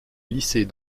lycée